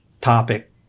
topic